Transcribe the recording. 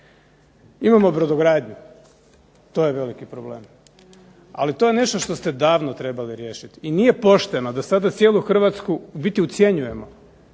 Imamo brodogradnju, to je veliki problem, ali to je nešto što ste davno trebali riješiti. I nije pošteno da sada cijelu Hrvatsku u biti ucjenjujemo.